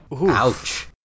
ouch